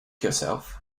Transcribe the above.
yourself